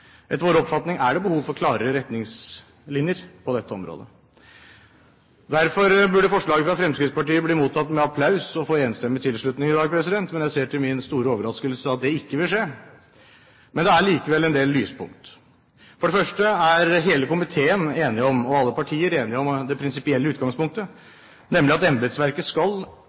Etter vår oppfatning er det behov for klarere retningslinjer på dette området. Derfor burde forslaget fra Fremskrittspartiet bli mottatt med applaus og få enstemmig tilslutning i dag, men jeg ser til min store overraskelse at det ikke vil skje. Men det er likevel en del lyspunkter. For det første er hele komiteen enige om, og alle partier er enige om, det prinsipielle utgangspunktet, nemlig at embetsverket ikke skal